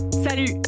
Salut